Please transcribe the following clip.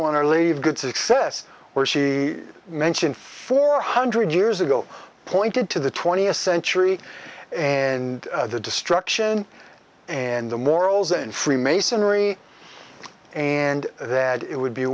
one our lady of good success where she mentioned four hundred years ago pointed to the twentieth century and the destruction and the morals in freemasonry and that it would be